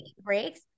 breaks